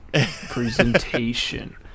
presentation